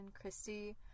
Christy